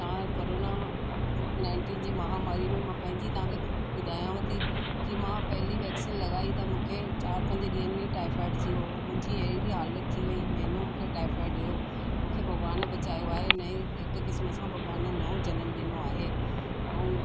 तव्हां करोना क नाइनटीन जी महामारी में मां पंहिंजी तव्हांखे ॿुधायांव थी कि मां पहेली वैक्सीन लॻाई त मूंखे चारि पंज ॾींहंनि में टाइफाइड थी वियो हुओ मुंहिंजी अहिड़ी हालति थी वेई महीनो मूंखे टाइफाइड हुओ मूंखे भॻवान बचायो आहे न ही हिक क़िस्म सां भॻवान नओं जनमु ॾिनो आहे ऐं